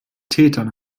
tätern